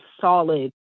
solid